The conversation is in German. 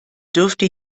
dürfte